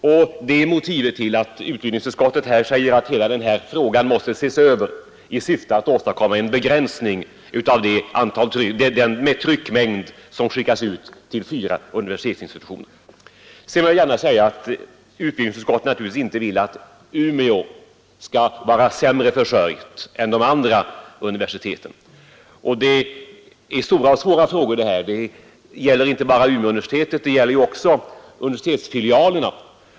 Detta är motivet till att utbildningsutskottet framhåller att hela denna fråga måste ses över i syfte att åstadkomma en begränsning av den tryckmängd som skickas till de fyra universitetsinstitutionerna. Utbildningsutskottet vill naturligtvis inte att Umeå skall vara sämre försörjt än de övriga universiteten. Problemen är stora och svåra. Det gäller inte bara Umeåuniversitetet utan också universitetsfilialerna.